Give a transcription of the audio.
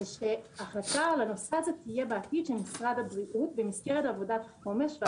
זה שהחלטה על הנושא הזה תהיה בעתיד של משרד הבריאות במסגרת עבודת החומש.